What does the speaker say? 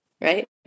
Right